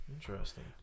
Interesting